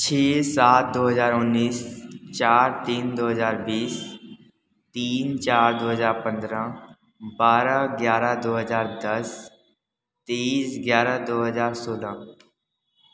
छ सात दो हजार उन्नीस चार तीन दो हजार बीस तीन चार दो हजार पंद्रह बारह ग्यारह दो हजार दस तीस ग्यारह दो हजार सोलह